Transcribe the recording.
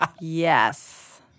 Yes